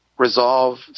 resolve